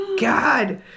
God